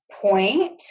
point